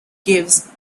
gives